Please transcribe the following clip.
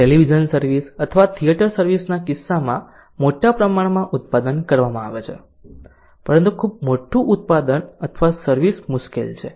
television service અથવા theatre service ના કિસ્સામાં મોટા પ્રમાણમાં ઉત્પાદન કરવામાં આવે છે પરંતુ ખૂબ મોટું ઉત્પાદન અથવા સર્વિસ મુશ્કેલ છે